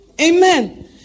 Amen